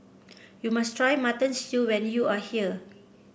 you must try Mutton Stew when you are here